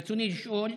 ברצוני לשאול: